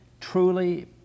truly